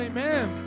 Amen